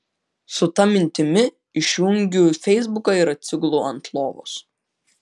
su ta mintimi išjungiu feisbuką ir atsigulu ant lovos